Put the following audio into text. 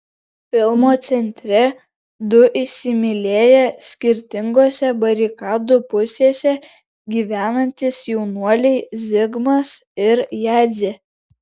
filmo centre du įsimylėję skirtingose barikadų pusėse gyvenantys jaunuoliai zigmas ir jadzė